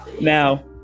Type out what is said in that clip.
now